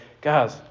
guys